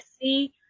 see